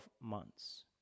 months